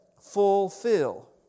fulfill